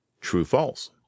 True-False